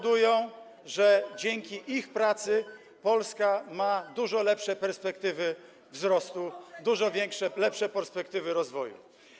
Dzięki ich pracy Polska ma dużo lepsze perspektywy wzrostu, dużo większe, lepsze perspektywy rozwoju.